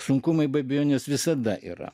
sunkumai be abejonės visada yra